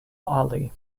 ali